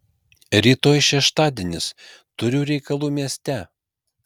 rytoj šeštadienis turiu reikalų mieste